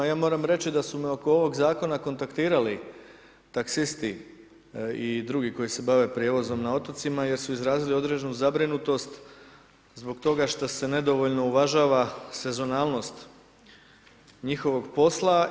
Ja moram reći, da su me oko ovog zakona kontaktirali taksisti i drugi koji se bave prijevozom na otocima, jer su izrazili određenu zabrinutost zbog toga što se nedovoljno uvažava senzualnost njihovog posla.